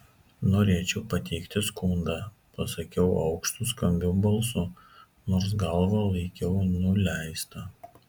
norėčiau pateikti skundą pasakiau aukštu skambiu balsu nors galvą laikiau nuleistą